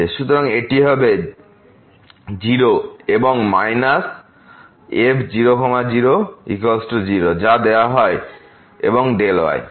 সুতরাং এটি হবে 0 এবং মাইনাস f0 0 0 যা দেওয়া এবং y